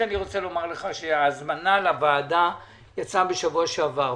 אני רוצה לומר לך שההזמנה לוועדה יצאה בשבוע שעבר.